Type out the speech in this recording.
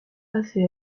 assez